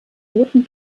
roten